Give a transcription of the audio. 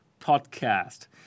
podcast